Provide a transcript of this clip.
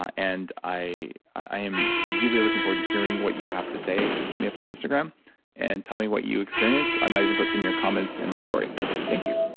and i i am really looking forward to hearing what you have to say. just hit me up on instagram and tell me what you experienced. i might even put some of your comments in my story so thank you